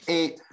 Eight